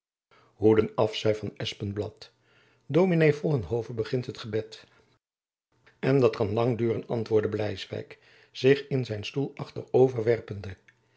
hoeden af zeide van espenblad ds vollenhove begint het gebed en dat kan lang duren antwoordde bleiswijck zich in zijn stoel